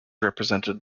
represented